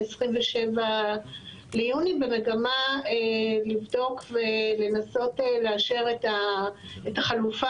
ב-27 ביוני במגמה לבדוק ולנסות לאשר את החלופה